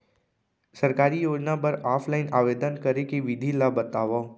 सरकारी योजना बर ऑफलाइन आवेदन करे के विधि ला बतावव